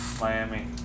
Miami